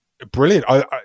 Brilliant